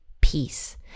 peace